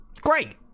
Great